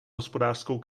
hospodářskou